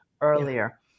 earlier